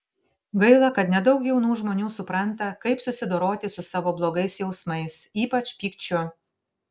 gaila kad nedaug jaunų žmonių supranta kaip susidoroti su savo blogais jausmais ypač pykčiu